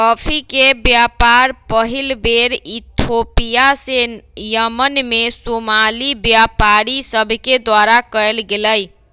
coffee के व्यापार पहिल बेर इथोपिया से यमन में सोमाली व्यापारि सभके द्वारा कयल गेलइ